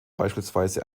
beispielsweise